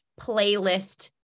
playlist